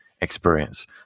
experience